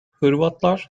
hırvatlar